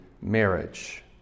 marriage